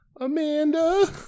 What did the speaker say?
Amanda